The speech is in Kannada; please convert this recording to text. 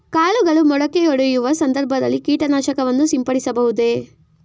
ಕಾಳುಗಳು ಮೊಳಕೆಯೊಡೆಯುವ ಸಂದರ್ಭದಲ್ಲಿ ಕೀಟನಾಶಕವನ್ನು ಸಿಂಪಡಿಸಬಹುದೇ?